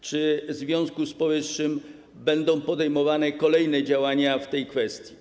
Czy w związku z powyższym będą podejmowane kolejne działania w tej kwestii?